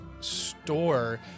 store